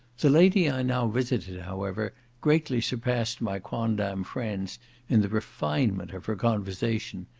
the lady i now visited, however, greatly surpassed my quondam friends in the refinement of her conversation.